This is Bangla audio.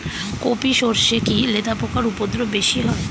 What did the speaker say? কোপ ই সরষে কি লেদা পোকার উপদ্রব বেশি হয়?